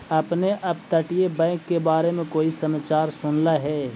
आपने अपतटीय बैंक के बारे में कोई समाचार सुनला हे